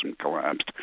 collapsed